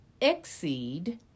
exceed